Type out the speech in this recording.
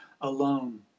alone